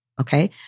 Okay